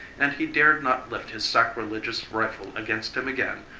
and he dared not lift his sacrilegious rifle against him again,